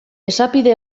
esapide